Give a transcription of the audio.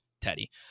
Teddy